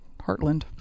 Heartland